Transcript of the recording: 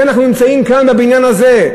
אנחנו נמצאים כאן בבניין הזה,